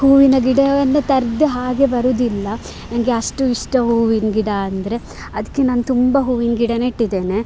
ಹೂವಿನ ಗಿಡವನ್ನು ತರದೆ ಹಾಗೇ ಬರುವುದಿಲ್ಲ ನನಗೆ ಅಷ್ಟು ಇಷ್ಟ ಹೂವಿನಗಿಡ ಅಂದರೆ ಅದಕ್ಕೆ ನಾನು ತುಂಬ ಹೂವಿನ ಗಿಡ ನೆಟ್ಟಿದ್ದೇನೆ